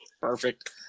Perfect